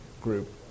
group